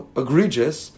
egregious